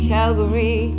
Calgary